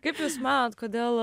kaip jūs manot kodėl